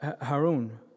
Harun